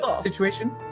situation